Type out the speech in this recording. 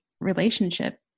relationship